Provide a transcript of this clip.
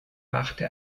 machte